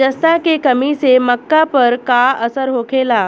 जस्ता के कमी से मक्का पर का असर होखेला?